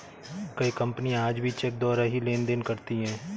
कई कपनियाँ आज भी चेक द्वारा ही लेन देन करती हैं